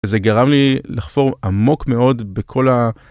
זה גרם לי לחפור עמוק מאוד בכל ה...